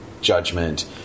judgment